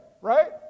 right